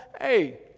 hey